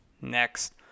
next